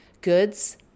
Goods